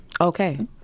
Okay